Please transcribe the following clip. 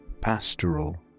pastoral